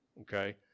okay